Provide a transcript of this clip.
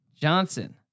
Johnson